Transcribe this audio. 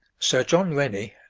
sir john rennie,